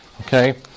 Okay